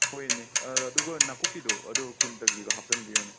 ꯍꯣꯏ ꯏꯅꯦ ꯑꯗꯨꯒ ꯅꯥꯀꯨꯞꯄꯤꯗꯣ ꯑꯗꯣ ꯀꯨꯟꯇꯒꯤꯒ ꯍꯥꯞꯆꯟꯕꯤꯌꯣ ꯏꯅꯦ